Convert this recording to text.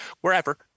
wherever